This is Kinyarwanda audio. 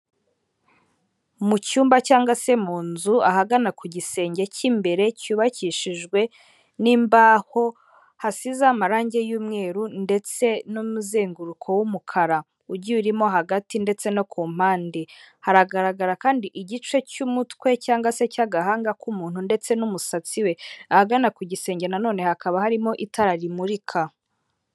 Mu cyumba cyangwa se mu nzu ahagana ku gisenge k'imbere cyubakishijwe n'imbaho hasize amarange y'umweru ndetse n'umuzenguruko w'umukara ugiye urimo hagati ndetse no kumpande, haragaragara kandi igice cy'umutwe cyangwa se cy'agahanga ku muntu ndetse n'umusatsi we ahagana kugisenge ndetse hakaba harimo n'itara rimurika.